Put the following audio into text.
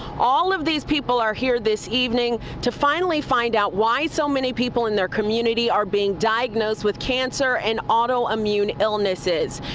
all of these people are here this evening to finally fine out why so many people in their community are being diagnosed with cancer, and auto immune illnesses.